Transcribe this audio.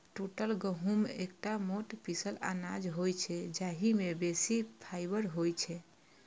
टूटल गहूम एकटा मोट पीसल अनाज होइ छै, जाहि मे बेसी फाइबर होइ छै